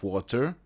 Water